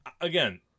again